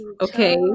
Okay